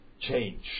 change